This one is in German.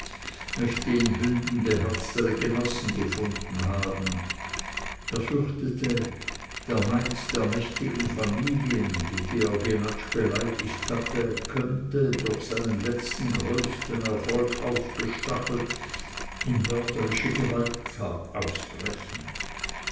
möchte in bünden beherztere genossen gefunden haben er fürchtete der neid der mächtigen familien die georg jenatsch beleidigt hatte könnte durch seinen letzten größten erfolg aufgestachelt in mörderische gewalttat ausbrechen